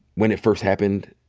when it first happened,